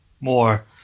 more